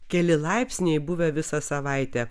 keli laipsniai buvę visą savaitę